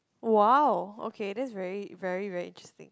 !wow! okay that's very very very interesting